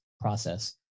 process